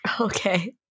Okay